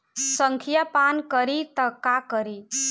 संखिया पान करी त का करी?